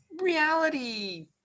reality